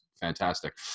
fantastic